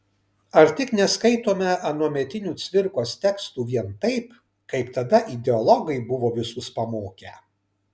ar tik neskaitome anuometinių cvirkos tekstų vien taip kaip tada ideologai buvo visus pamokę